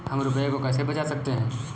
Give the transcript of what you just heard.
हम रुपये को कैसे बचा सकते हैं?